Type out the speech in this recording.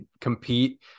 compete